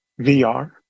VR